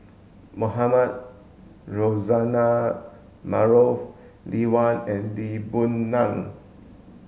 Mohamed Rozani Maarof Lee Wen and Lee Boon Ngan